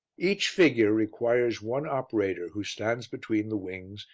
each figure requires one operator who stands between the wings,